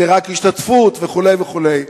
זה רק השתתפות וכו' וכו'.